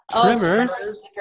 Trimmers